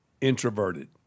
introverted